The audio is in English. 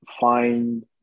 find